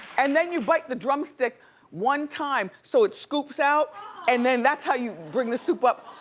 and then you bite the drumstick one time, so it's scoops out and then that's how you bring the soup up.